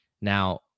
Now